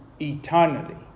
eternally